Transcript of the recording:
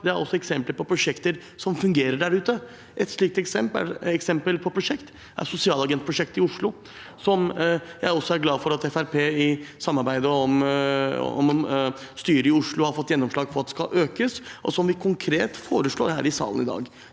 Det er også eksempler på prosjekter som fungerer der ute. Et slikt eksempel er sosialagentprosjektet i Oslo, som jeg er glad for at Fremskrittspartiet i samarbeidet om styret i Oslo har fått gjennomslag for skal økes, og som vi konkret foreslår her i salen i dag.